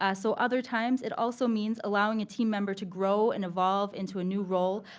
ah so other times, it also means allowing a team member to grow and evolve into a new role,